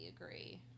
agree